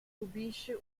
subisce